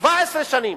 17 שנים,